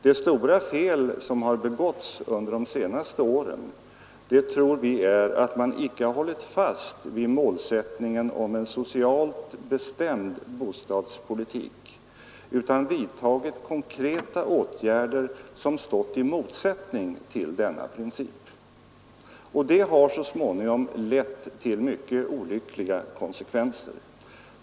Det stora fel som har begåtts under de senaste åren tror vi är att man icke har hållit fast vid målsättningen öm en socialt bestämd bostadspolitik utan vidtagit konkreta åtgärder som stått i motsättning till denna princip, vilket så småningom lett till mycket olyckliga konsekvenser.